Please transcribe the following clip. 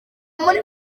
muri